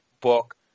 book